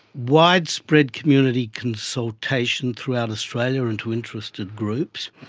widespread community consultation throughout australia and to interested groups,